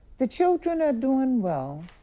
the children are doing well.